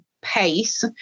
pace